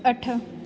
अठ